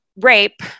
rape